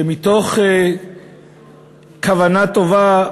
שמתוך כוונה טובה,